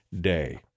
day